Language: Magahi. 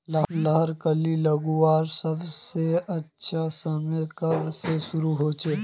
लहर कली लगवार सबसे अच्छा समय कब से शुरू होचए?